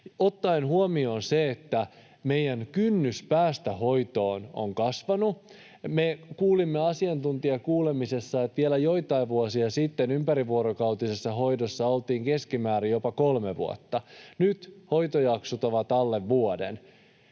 ottaen huomioon sen, että meidän kynnys päästä hoitoon on kasvanut. Me kuulimme asiantuntijakuulemisessa, että vielä joitain vuosia sitten ympärivuorokautisessa hoidossa oltiin keskimäärin jopa kolme vuotta. Nyt hoitojaksot ovat alle vuoden.